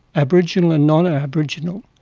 aboriginal and non-aboriginal